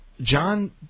John